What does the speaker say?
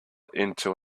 into